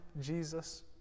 Jesus